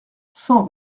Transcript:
cent